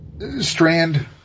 Strand